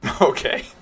Okay